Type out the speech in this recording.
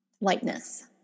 lightness